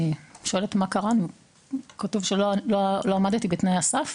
אני שואלת מה קרה, כתוב שלא עמדתי בתנאי הסף.